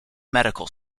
medical